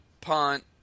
punt